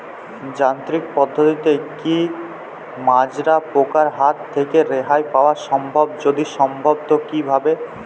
যান্ত্রিক পদ্ধতিতে কী মাজরা পোকার হাত থেকে রেহাই পাওয়া সম্ভব যদি সম্ভব তো কী ভাবে?